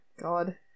God